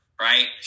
right